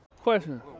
Question